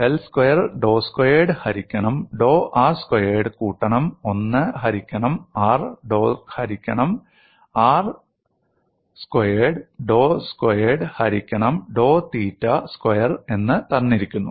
del square ഡോ squared ഹരിക്കണം ഡോ r സ്ക്വയേർഡ് കൂട്ടണം 1 ഹരിക്കണം r ഡോ ഹരിക്കണം r സ്ക്വയേർഡ് ഡോ സ്ക്വയർഡ് ഹരിക്കണം ഡോ തീറ്റ സ്ക്വയർ എന്ന് തന്നിരിക്കുന്നു